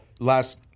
Last